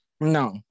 no